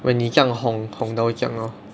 when 你这样红红到这样 lor